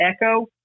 Echo